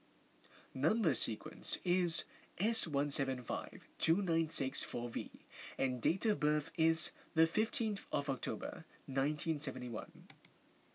Number Sequence is S one seven five two nine six four V and date of birth is the fifteenth of October nineteen seventy one